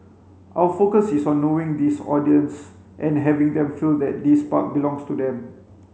our focus is on knowing this audience and having them feel that this park belongs to them